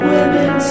Women